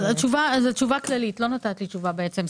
זאת תשובה כללית, ובעצם לא נתת לי תשובה.